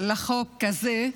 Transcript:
לחוק הזה,